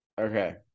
Okay